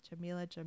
Jamila